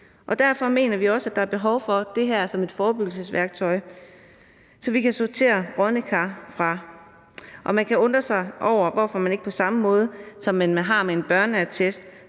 Derfor mener vi også, at der er behov for det her som et forebyggelsesværktøj, så vi kan sortere brodne kar fra. Og man kan undre sig over, hvorfor man ikke på samme måde, som man med en børneattest